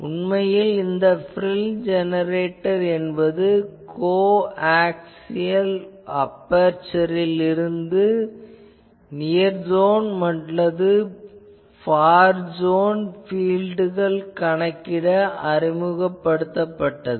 உண்மையில் இந்த ப்ரில் ஜெனரேட்டர் என்பது கோ அக்சியல் அபெர்சரில் இருந்து நியர் சோன் அல்லது ஃபார் சோன் பீல்ட்கள் கணக்கிட அறிமுகப்படுத்தப்பட்டது